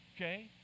Okay